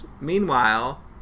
Meanwhile